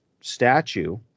statue